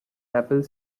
maple